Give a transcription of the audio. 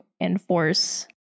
enforce